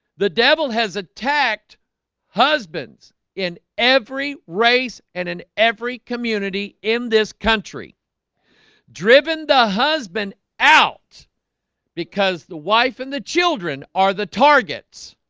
the devil has attacked husbands in every race and in every community in this country driven the husband out because the wife and the children are the targets